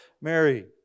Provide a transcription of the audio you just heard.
Mary